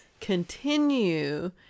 continue